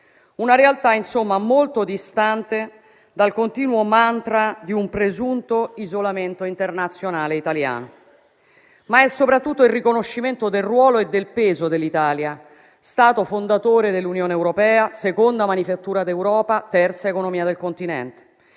una realtà molto distante, insomma, dal continuo mantra di un presunto isolamento internazionale italiano, ma è soprattutto il riconoscimento del ruolo e del peso dell'Italia, Stato fondatore dell'Unione europea, seconda manifattura d'Europa e terza economia del Continente.